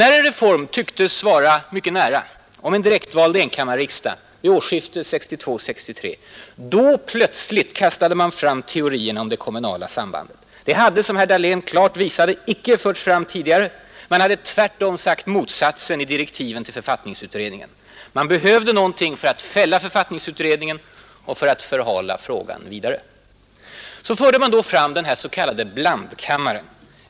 När en reform tycktes vara mycket nära om en direktvald enkammarriksdag vid årsskiftet 1962—1963, då plötsligt kastade man fram teorierna om det kommunala sambandet. Det hade, som herr Dahlén klart visade, inte förts fram tidigare. Man hade tvärtom sagt motsatsen i direktiven till författningsutredningen. Men man behövde någonting för att fälla författningsutredningen och för att förhala frågan vidare. Så förde man då fram den här s.k. blandkammaren.